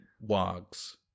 wags